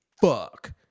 fuck